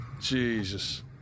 Jesus